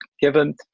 given